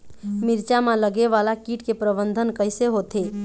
मिरचा मा लगे वाला कीट के प्रबंधन कइसे होथे?